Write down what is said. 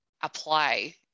apply